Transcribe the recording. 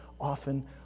often